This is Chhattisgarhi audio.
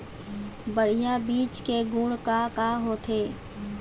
बढ़िया बीज के गुण का का होथे?